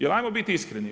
Jer hajmo biti iskreni.